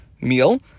meal